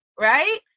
right